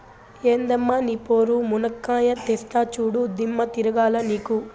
ఎందమ్మ నీ పోరు, మునక్కాయా తెస్తా చూడు, దిమ్మ తిరగాల నీకు